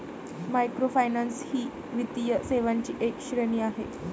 microfinance ही वित्तीय सेवांची एक श्रेणी आहे